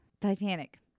Titanic